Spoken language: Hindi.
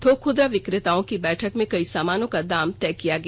थोक खुदरा विक्रेताओं की बैठक में कई सामानों का दाम तय किया गया